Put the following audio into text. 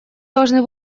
должны